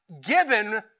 given